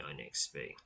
XP